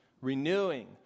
Renewing